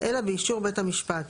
אלא באישור בית המשפט.